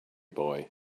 boy